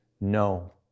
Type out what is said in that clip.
no